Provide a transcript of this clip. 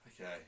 Okay